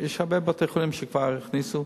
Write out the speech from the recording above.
יש הרבה בתי-חולים שכבר הכניסו.